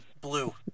Blue